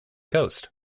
coast